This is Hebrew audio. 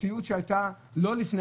במהות.